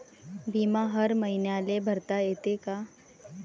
बिमा हर मईन्याले भरता येते का?